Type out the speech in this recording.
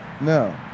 No